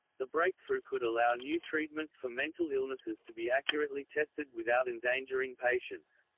the breakthrough could allow new treatments for mental illnesses to be accurately tested without endangering patients.